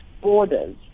borders